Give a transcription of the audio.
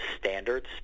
standards